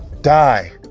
die